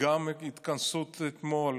את ההתכנסות אתמול,